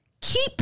Keep